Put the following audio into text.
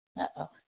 Uh-oh